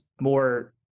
more